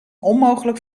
onmogelijk